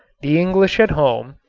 the english at home,